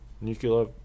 nuclear